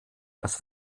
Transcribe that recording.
das